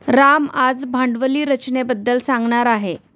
राम आज भांडवली रचनेबद्दल सांगणार आहे